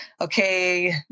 okay